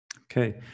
Okay